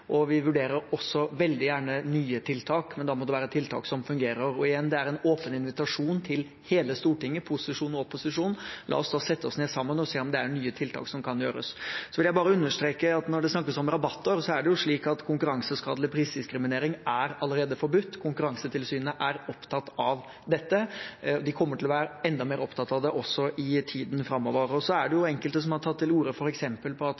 og vi vurderer også veldig gjerne nye tiltak, men da må det være tiltak som fungerer. Og igjen, det er en åpen invitasjon til hele Stortinget, posisjon og opposisjon: La oss da sette oss ned sammen og se om det er nye tiltak som kan gjøres. Så vil jeg bare understreke at når det snakkes om rabatter, er det slik at konkurranseskadelig prisdiskriminering allerede er forbudt. Konkurransetilsynet er opptatt av dette, og de kommer til å være enda mer opptatt av det i tiden framover. Det er enkelte som har tatt til orde for at